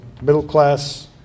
middle-class